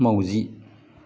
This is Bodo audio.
माउजि